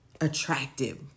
attractive